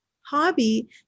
hobby